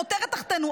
חותרת תחתינו.